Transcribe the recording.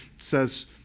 says